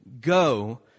Go